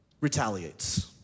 retaliates